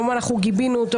אנחנו גיבינו אותו.